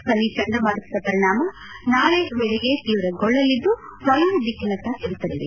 ಫನಿ ಚಂಡಮಾರುತದ ಪರಿಣಾಮ ನಾಳೆ ವೇಳೆಗೆ ತೀವ್ರಗೊಳ್ಳಲಿದ್ದು ವಾಯವ್ಯ ದಿಕ್ಕಿನತ್ತ ಚಲಿಸಲಿದೆ